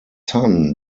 son